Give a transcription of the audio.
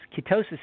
Ketosis